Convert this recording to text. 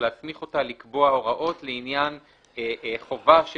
הוא להסמיך אותה לקבוע הוראות לעניין חובה של